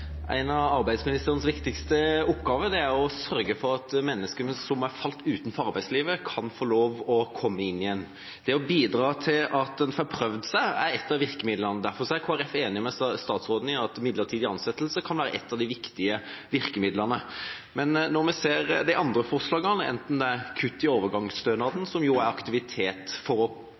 å sørge for at menneskene som har falt utenfor arbeidslivet, kan få lov å komme inn igjen. Det å bidra til at en får prøvd seg, er ett av virkemidlene. Derfor er Kristelig Folkeparti enig med statsråden i at midlertidige ansettelser kan være et av de viktige virkemidlene. Men når vi ser de andre forslagene, enten det er kutt i overgangsstønaden, som jo er aktivitet for